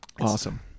awesome